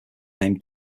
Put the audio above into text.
named